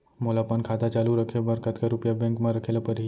मोला अपन खाता चालू रखे बर कतका रुपिया बैंक म रखे ला परही?